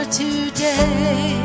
today